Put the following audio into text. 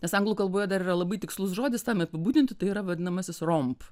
nes anglų kalboje dar yra labai tikslus žodis tam apibūdinti tai yra vadinamasis romp